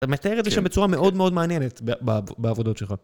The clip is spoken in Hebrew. אתה מתאר את זה שם בצורה מאוד מאוד מעניינת בעבודות שלך.